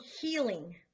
healing